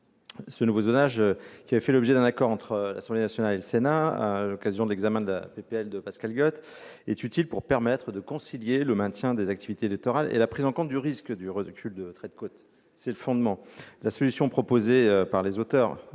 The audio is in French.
Ce nouveau zonage, qui avait fait l'objet d'un accord entre l'Assemblée nationale et le Sénat à l'occasion de l'examen de la proposition de loi de Pascale Got, est utile pour permettre de concilier le maintien des activités littorales et la prise en compte du risque de recul du trait de côte. La solution proposée par l'auteur